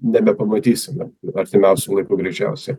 nebepamatysime artimiausiu laiku greičiausiai